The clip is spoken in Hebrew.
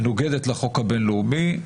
מנוגדת לחוק הבינלאומי,